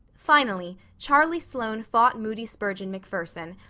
finally, charlie sloane fought moody spurgeon macpherson,